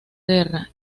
guerra